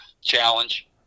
challenge